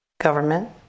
government